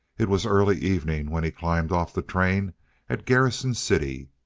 it was early evening when he climbed off the train at garrison city.